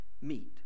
meet